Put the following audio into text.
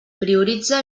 prioritza